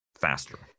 faster